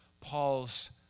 Paul's